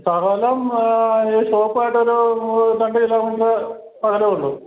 സ്ഥലം ഷോപ്പായിട്ട് ഒരൂ രണ്ട് കിലോമീറ്റർ അകലമേ ഉള്ളൂ